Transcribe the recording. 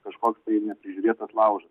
kažkoks tai neprižiūrėtas laužas